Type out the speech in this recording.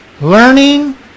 learning